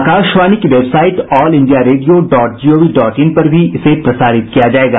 आकाशवाणी की website All India Radio dot GOV dot in पर भी इसे प्रसारित किया जाएगा